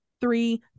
Three